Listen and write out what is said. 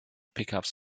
pickups